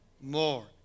more